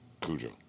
Cujo